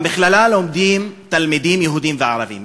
במכללה לומדים תלמידים יהודים וערבים.